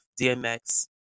DMX